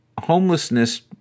homelessness